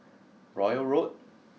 Royal Road